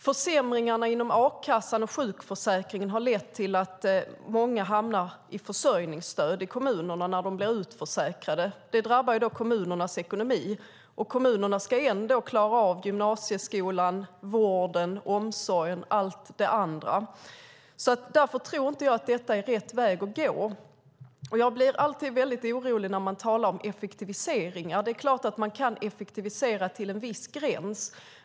Försämringarna inom a-kassan och sjukförsäkringen har lett till att många i kommunerna hamnar i försörjningsstöd när de blir utförsäkrade. Det drabbar kommunernas ekonomi, men kommunerna ska ändå klara av gymnasieskolan, vården, omsorgen och allt det andra. Därför tror jag inte att detta är rätt väg att gå. Jag blir alltid orolig när man talar om effektiviseringar. Det är klart att man kan effektivisera till en viss gräns.